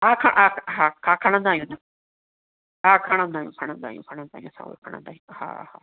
हा ख हा ख खणंदा आहियूं न हा खणंदा आहियूं खणंदा आहियूं खणंदा आहियूं हा हा